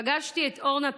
פגשתי את אורנה פרץ,